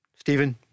Stephen